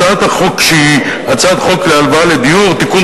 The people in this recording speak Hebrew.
הצעת החוק שהיא הצעת חוק הלוואות לדיור (תיקון,